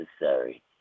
necessary